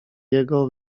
jego